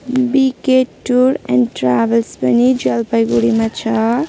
बिके tour and travels पनि जलपाइगुडीमा छ